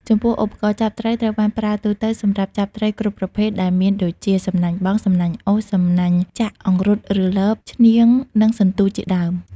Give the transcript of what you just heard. ចំពោះ ឧបករណ៍ចាប់ត្រី ត្រូវបានប្រើទូទៅ សម្រាប់ចាប់ត្រីគ្រប់ប្រភេទដែលមានដូចជា សំណាញ់បង់ សំណាញ់អូស សំណាញ់ចាក់ អង្រុតឬលប ឈ្នាង និងសន្ទួចជាដើម។